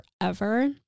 forever